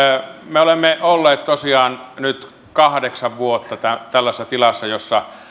me olemme olleet tosiaan nyt kahdeksan vuotta tällaisessa tilassa jossa